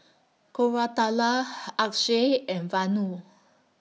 Koratala Akshay and Vanu